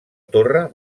torre